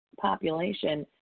population